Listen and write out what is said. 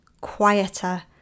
quieter